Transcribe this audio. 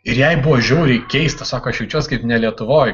ir jai buvo žiauriai keista sako aš jaučiuos kaip ne lietuvoj